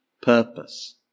purpose